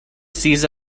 cease